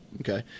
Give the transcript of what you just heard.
Okay